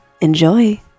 Enjoy